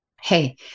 Hey